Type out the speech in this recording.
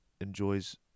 enjoys